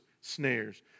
snares